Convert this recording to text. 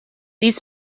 these